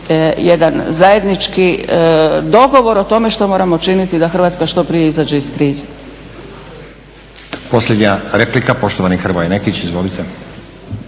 jedan zajednički dogovor o tome što moramo činiti da Hrvatska što prije izađe iz krize.